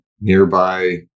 nearby